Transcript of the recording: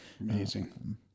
Amazing